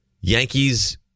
Yankees